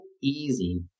easy